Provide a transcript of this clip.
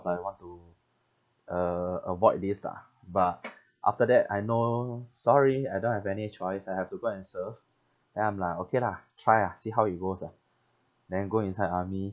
like want to uh avoid this lah but after that I know sorry I don't have any choice I have to go and serve then I'm like okay lah try ah see how it goes ah then go inside army